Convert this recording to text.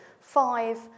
five